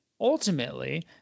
ultimately